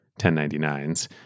1099s